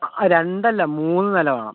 ആ രണ്ടല്ല മൂന്നു നില വേണം